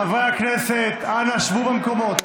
חברי הכנסת, אנא, שבו במקומות.